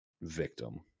victim